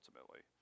ultimately